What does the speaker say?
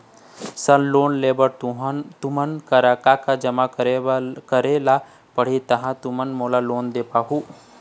Sir loan लेहे बर तुमन करा का का जमा करें ला पड़ही तहाँ तुमन मोला लोन दे पाहुं?